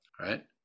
right